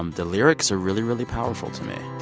um the lyrics are really, really powerful to me